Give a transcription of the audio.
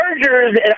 Chargers